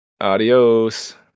adios